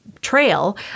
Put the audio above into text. trail